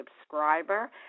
subscriber